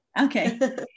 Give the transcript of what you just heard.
okay